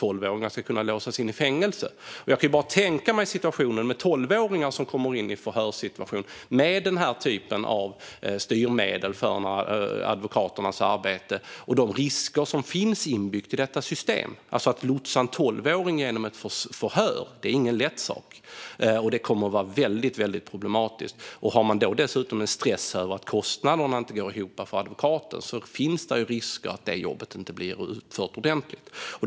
Tolvåringar ska alltså kunna låsas in i fängelse, och jag kan ju bara tänka mig situationen med tolvåringar som kommer in i en förhörssituation med den här typen av styrmedel för advokaternas arbete och de risker som finns inbyggt i detta system. Att lotsa en tolvåring genom ett förhör är ingen lätt sak, och det kommer att vara väldigt problematiskt. Känner man då som advokat dessutom en stress över att kostnaderna inte går ihop finns det risker att jobbet inte blir ordentligt utfört.